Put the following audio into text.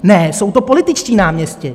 Ne, jsou to političtí náměstci.